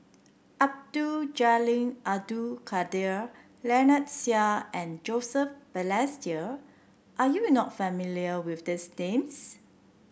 Abdul Jalil Abdul Kadir Lynnette Seah and Joseph Balestier are you not familiar with these names